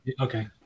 Okay